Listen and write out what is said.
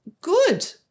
good